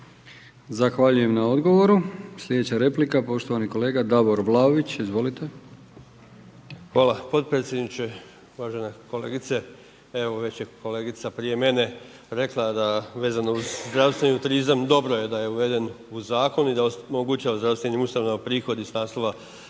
Zahvaljujem na odgovoru. Slijedeća replika poštovani kolega Davor Vlaović, izvolite. **Vlaović, Davor (HSS)** Hvala potpredsjedniče. Uvažena kolegice, evo već je kolegica prije mene rekla da vezano uz zdravstveni turizam dobro je da je uveden u zakon i da zdravstvenim ustanovama prihod iz naslova